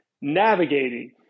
navigating